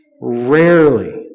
Rarely